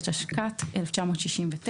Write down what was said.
התשכ"ט-1969 ;